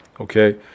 okay